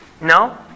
No